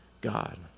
God